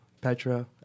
Petra